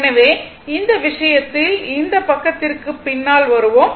எனவே இந்த விஷயத்தில் இந்த பக்கதிற்கு பின்னால் வருவோம்